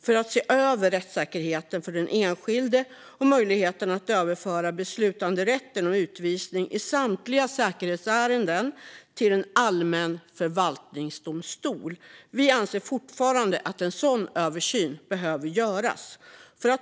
Man borde se över rättssäkerheten för den enskilde och möjligheterna att överföra beslutanderätten om utvisning i samtliga säkerhetsärenden till en allmän förvaltningsdomstol. Vi anser fortfarande att en sådan översyn behöver göras.